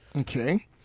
Okay